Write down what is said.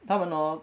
他们 hor